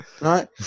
Right